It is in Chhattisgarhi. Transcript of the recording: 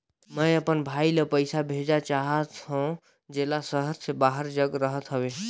मैं अपन भाई ल पइसा भेजा चाहत हों, जेला शहर से बाहर जग रहत हवे